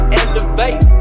elevate